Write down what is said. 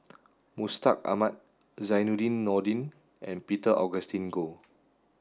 Mustaq Ahmad Zainudin Nordin and Peter Augustine Goh